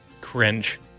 Cringe